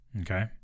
Okay